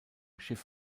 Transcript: schiff